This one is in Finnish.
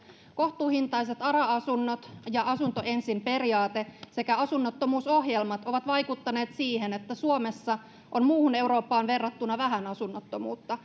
kohtuuhintaiset ara asunnot ja asunto ensin periaate sekä asunnottomuusohjelmat ovat vaikuttaneet siihen että suomessa on muuhun eurooppaan verrattuna vähän asunnottomuutta